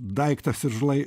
daiktas ir žlai